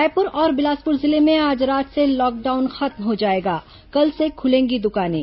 रायपुर और बिलासपुर जिले में आज रात से लॉकडाउन खत्म हो जाएगा कल से खुलेंगी दुकानें